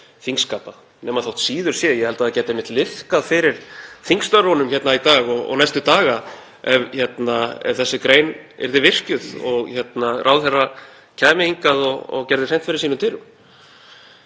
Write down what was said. þingskapa nema síður sé. Ég held að það gæti einmitt liðkað fyrir þingstörfunum hérna í dag og næstu daga ef þessi grein yrði virkjuð og ráðherrar kæmu hingað og gerðu hreint fyrir sínum dyrum.